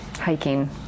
hiking